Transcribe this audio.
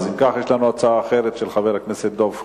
אם כך, יש לנו הצעה אחרת, של חבר הכנסת דב חנין.